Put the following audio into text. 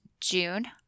June